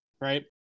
right